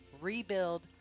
Rebuild